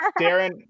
Darren